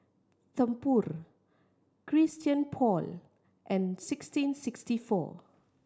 Tempur Christian Paul and sixteen sixty four